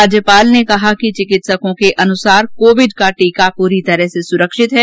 राज्यपाल ने कहा कि चिकित्सकों के अनुसार कोविड का टीका पूरी तरह से सुरक्षित है